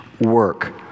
work